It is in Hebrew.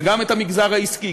וגם המגזר העסקי,